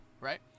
right